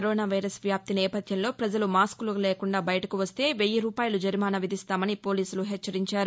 corona virus వ్యాప్తి నేపథ్యంలో ప్రపజలు మాస్కులు లేకుండా బయటకు వస్తే వెయ్యి రూపాయలు జరిమానా విధిస్తామని పోలీసులు హెచ్చరించారు